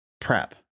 prep